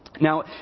Now